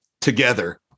together